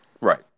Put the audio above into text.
Right